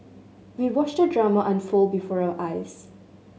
we watched the drama unfold before our eyes